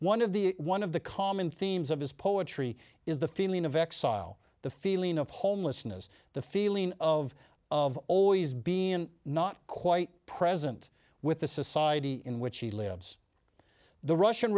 one of the one of the common themes of his poetry is the feeling of exile the feeling of homelessness the feeling of of always being not quite present with the society in which he lives the russian